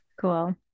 Cool